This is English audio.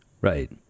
Right